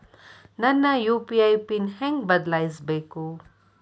ನನ್ನ UPI pin ಹೆಂಗ್ ಬದ್ಲಾಯಿಸ್ಬೇಕು?